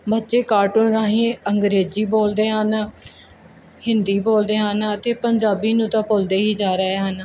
ਬੱਚੇ ਕਾਟੂਨ ਰਾਹੀਂ ਅੰਗਰੇਜ਼ੀ ਬੋਲਦੇ ਹਨ ਹਿੰਦੀ ਬੋਲਦੇ ਹਨ ਅਤੇ ਪੰਜਾਬੀ ਨੂੰ ਤਾਂ ਭੁੱਲਦੇ ਹੀ ਜਾ ਰਹੇ ਹਨ